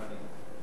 גם אני.